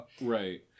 Right